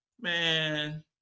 man